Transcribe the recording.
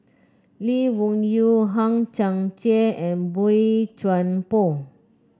Lee Wung Yew Hang Chang Chieh and Boey Chuan Poh